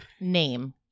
name